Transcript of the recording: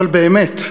אבל באמת,